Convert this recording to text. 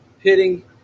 pitting